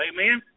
Amen